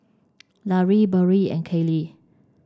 Larae Burrell and Kailey